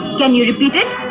can you repeat it?